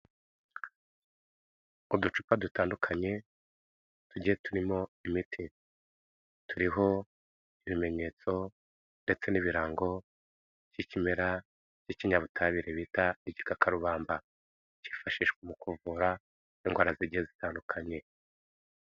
Uducupa dutandukanye, tugiye turimo imiti turiho ibimenyetso ndetse n'ibirango by'ikimera cy'ikinyabutabire bita igikakarubamba. Kifashishwa mu kuvura, indwara zijya zitandukanye.